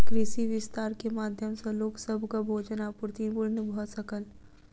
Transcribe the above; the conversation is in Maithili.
कृषि विस्तार के माध्यम सॅ लोक सभक भोजन आपूर्ति पूर्ण भ सकल